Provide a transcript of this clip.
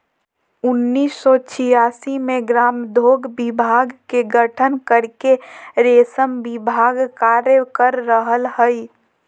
उन्नीस सो छिआसी मे ग्रामोद्योग विभाग के गठन करके रेशम विभाग कार्य कर रहल हई